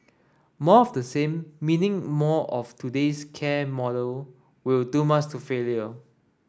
more of the same meaning more of today's care model will doom us to failure